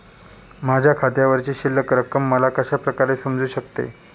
माझ्या खात्यावरची शिल्लक रक्कम मला कशा प्रकारे समजू शकते?